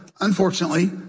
unfortunately